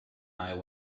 eye